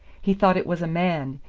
he thought it was a man,